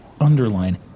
underline